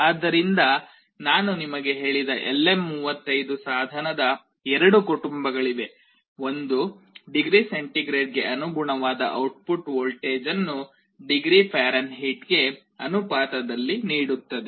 ಆದ್ದರಿಂದ ನಾನು ನಿಮಗೆ ಹೇಳಿದ LM35 ಸಾಧನದ ಎರಡು ಕುಟುಂಬಗಳಿವೆ ಒಂದು ಡಿಗ್ರಿ ಸೆಂಟಿಗ್ರೇಡ್ಗೆ ಅನುಗುಣವಾದ ಔಟ್ಪುಟ್ ವೋಲ್ಟೇಜ್ ಅನ್ನು ಡಿಗ್ರಿ ಫ್ಯಾರನ್ಹೀಟ್ಗೆ ಅನುಪಾತದಲ್ಲಿ ನೀಡುತ್ತದೆ